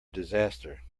disaster